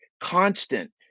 constant